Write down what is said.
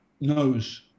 knows